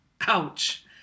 Ouch